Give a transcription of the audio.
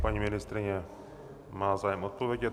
Paní ministryně má zájem odpovědět.